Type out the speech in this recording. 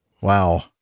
Wow